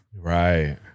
Right